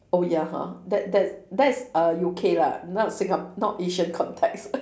oh ya ha that that that's uh U_K lah not singa~ not asian context